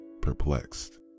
Perplexed